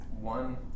one